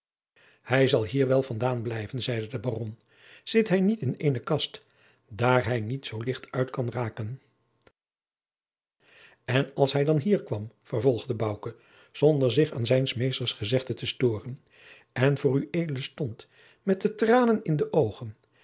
hij zal hier wel van daan blijven zeide de baron zit hij niet in eene kast daar hij niet zoo licht uit kan raken en als hij dan hier kwam vervolgde bouke zonder zich aan zijns meesters gezegden te stooren en voor ued stond met de tranen in de oogen